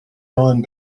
ellen